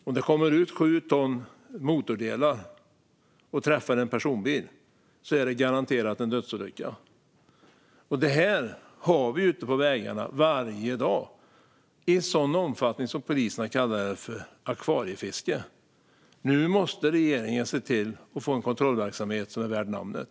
Om det kommer ut 7 ton motordelar som träffar en personbil blir det garanterat en dödsolycka. Detta har vi alltså ute på vägarna varje dag i sådan omfattning att poliserna kallar det akvariefiske. Nu måste regeringen se till att få en kontrollverksamhet som är värd namnet.